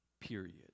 period